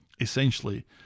essentially